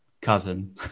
cousin